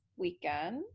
weekend